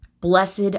Blessed